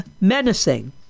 menacing